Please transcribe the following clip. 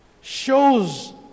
shows